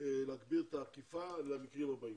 להגביר את האכיפה למקרים הבאים.